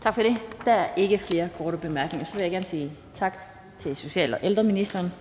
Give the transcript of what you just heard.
Tak for det. Der er ikke flere korte bemærkninger. Så vil jeg gerne sige tak til social- og ældreministeren.